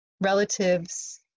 relatives